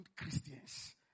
Christians